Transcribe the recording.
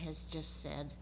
has just said